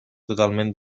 totalment